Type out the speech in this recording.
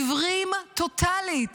עיוורים טוטלית